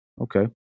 Okay